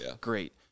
Great